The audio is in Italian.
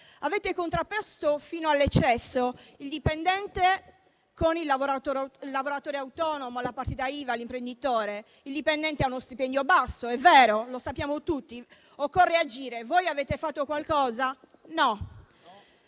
Avete contrapposto fino all'eccesso il dipendente al lavoratore autonomo, alla partita IVA e all'imprenditore. Il indipendente ha uno stipendio basso, è vero, lo sappiamo tutti. Occorre agire: voi avete fatto qualcosa? No.